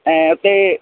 ऐं हुते